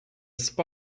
spy